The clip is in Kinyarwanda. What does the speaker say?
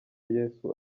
yesu